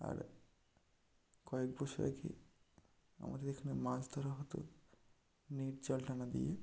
আর কয়েক বছর আগে আমাদের এখানে মাছ ধরা হতো নির্জাল ডাঙ্গা দিয়ে